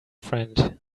friend